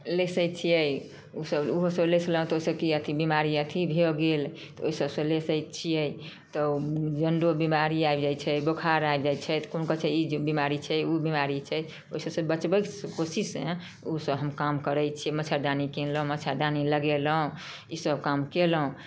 लेसैत छियै ओ सभ ओहो सभ लेसलहुँ तऽ ओ से की अथी बिमारी अथी भऽ गेल तऽ ओइहि सभसँ लेसैत छियै तऽ जनडोग बिमारी आबि जाइत छै बोखार आर आबि जाइत छै तऽ केओ कहैत छै ई बिमारी छै ओ बिमारी छै ओहि सभसँ बचबैके कोशिशमे ओ सभ हम काम करैत छी मच्छरदानी किनलहुँ मच्छरदानी लेगेलहुँ ई सभ काम कयलहुँ